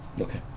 Okay